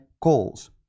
calls